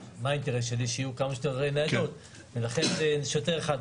האינטרס שלי הוא שיהיו כמה שיותר ניידות ולכן זה שוטר אחד.